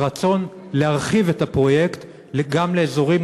על רצון להרחיב את הפרויקט גם לאזורים